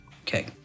Okay